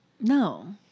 No